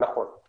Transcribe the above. נכון.